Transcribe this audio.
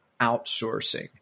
outsourcing